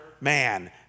man